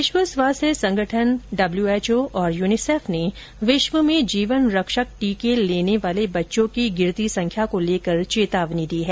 विश्व स्वास्थ्य संगठन और यूनिसेफ ने विश्व में जीवन रक्षक टीके लेने वाले बच्चों की गिरती संख्या को लेकर चेतावनी दी है